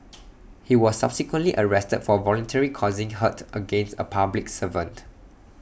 he was subsequently arrested for voluntarily causing hurt against A public servant